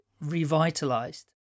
revitalized